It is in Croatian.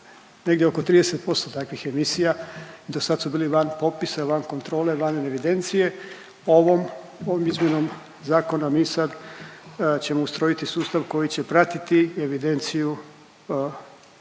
negdje oko 30% takvih emisija. Do sad su bili van popisa, van kontrole, van evidencije. Ovom, ovom izmjenom zakona mi sad ćemo ustrojiti sustav koji će pratiti evidenciju